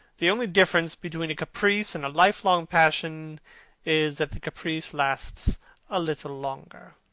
the only difference between a caprice and a lifelong passion is that the caprice lasts a little longer.